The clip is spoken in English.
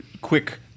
quick